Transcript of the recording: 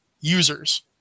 users